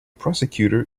prosecutor